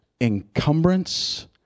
encumbrance